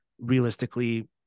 realistically